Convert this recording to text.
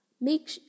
make